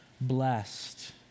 blessed